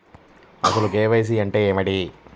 అసలు కే.వై.సి అంటే ఏమిటి?